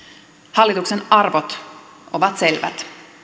hallituksen arvot ovat selvät